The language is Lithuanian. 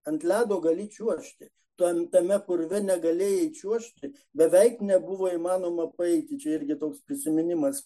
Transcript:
ant ledo gali čiuožti ten tame purve negalėjai čiuožti beveik nebuvo įmanoma paeiti čia irgi toks prisiminimas